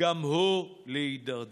האכיפה לא הייתה